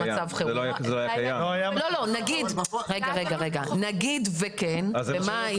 נגיד שכן, במה היינו?